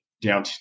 down